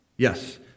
Yes